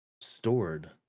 stored